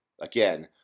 Again